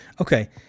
Okay